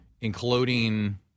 including